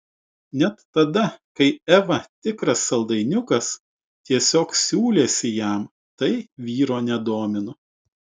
net tada kai eva tikras saldainiukas tiesiog siūlėsi jam tai vyro nedomino